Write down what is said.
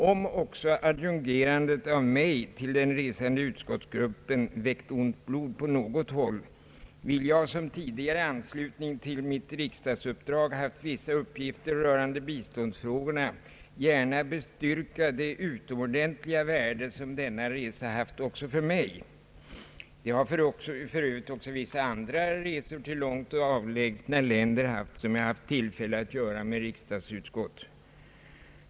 Om också adjungerandet av mig till den resande utskottsgruppen väckt ont blod på något håll vill jag, som tidigare i anslutning till mitt riksdagsuppdrag haft vissa uppgifter rörande biståndsfrågorna, gärna bestyrka det utomordentliga värde som denna resa haft också för mig. Det har för övrigt också vissa andra resor till långt avlägsna länder haft som jag har fått tillfälle att göra med riksdagsutskott.